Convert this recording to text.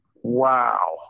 Wow